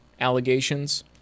allegations